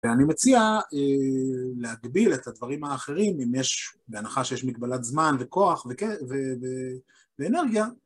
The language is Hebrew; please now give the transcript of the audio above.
ואני מציע להגביל את הדברים האחרים, אם יש, בהנחה שיש מגבלת זמן וכוח וכן, ואנרגיה.